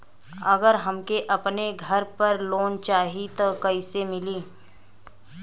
अगर हमके अपने घर पर लोंन चाहीत कईसे मिली?